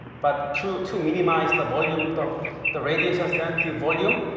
but to to minimize the volume of the radiation sensitive volume,